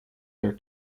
their